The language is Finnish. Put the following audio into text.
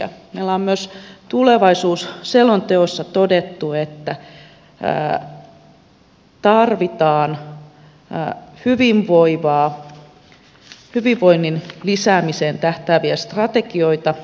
täällä on myös tulevaisuusselonteossa todettu että tarvitaan hyvinvoinnin lisäämiseen tähtääviä strategioita